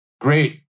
Great